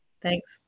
Thanks